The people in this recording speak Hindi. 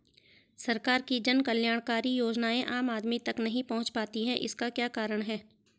सरकार की जन कल्याणकारी योजनाएँ आम आदमी तक नहीं पहुंच पाती हैं इसका क्या कारण है?